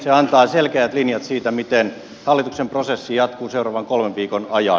se antaa selkeät linjat siitä miten hallituksen prosessi jatkuu seuraavan kolmen viikon ajan